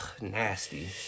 nasty